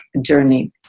journey